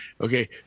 Okay